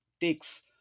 takes